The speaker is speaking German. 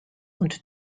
und